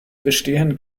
bestehen